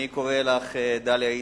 אני קורא לך, דליה איציק,